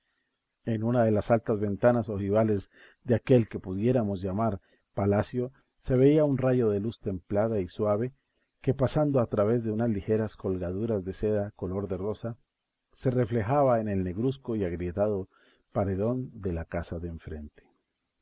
en una de las altas ventanas ojivales de aquel que pudiéramos llamar palacio se veía un rayo de luz templada y suave que pasando a través de unas ligeras colgaduras de seda color de rosa se reflejaba en el negruzco y agrietado paredón de la casa de enfrente